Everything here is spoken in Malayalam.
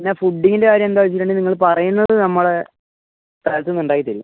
പിന്നെ ഫുഡീൻ്റെ കാര്യം എന്താ വെച്ചിട്ടുണ്ടേൽ നിങ്ങൾ പറയുന്നത് നമ്മൾ സ്ഥലത്തെന്ന് ഉണ്ടായിട്ടില്ല